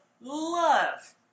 love